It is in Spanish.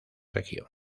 región